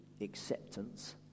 acceptance